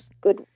Good